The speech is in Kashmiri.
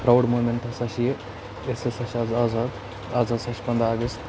پرٛاوُڈ موٗمٮ۪نٛٹ ہَسا چھِ یہِ أسۍ ہَسا چھِ آز آزاد آز ہَسا چھِ پَنٛداہ اَگست